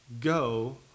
go